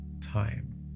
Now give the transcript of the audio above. time